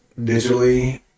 digitally